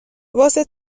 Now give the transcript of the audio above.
واسه